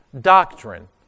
doctrine